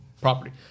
Property